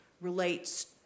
relates